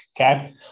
Okay